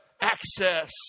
access